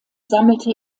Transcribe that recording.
sammelte